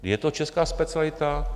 Je to česká specialita?